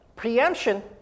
Preemption